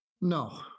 No